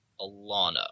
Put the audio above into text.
Alana